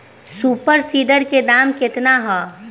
Super seeder के दाम केतना ह?